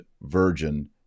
Virgin